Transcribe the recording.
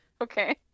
Okay